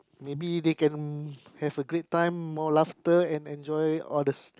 maybe they can have a great time more laughter and enjoy all the